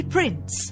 Prince